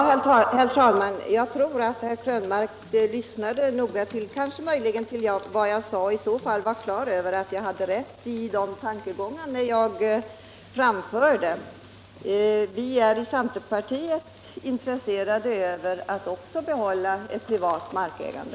Herr talman! Jag tror att herr Krönmark lyssnade noga till vad jag sade, och i så fall bör han vara på det klara med att vi i centerpartiet är intresserade av att få behålla ett privat markägande.